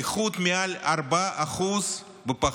פיחות של מעל 4% בפחות